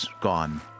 gone